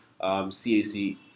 CAC